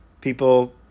People